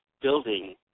building